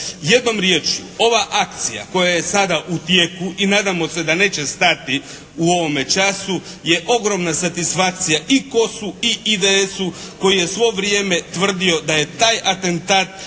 Jednom riječju ova akcija koja je sada u tijeku i nadamo se da neće stati u ovome času je ogromna satisfakcija i Kosu i IDS-u koji je svo vrijeme tvrdio da je taj atentat